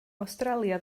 awstralia